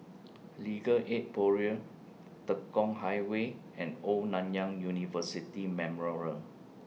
Legal Aid Bureau Tekong Highway and Old Nanyang University Memorial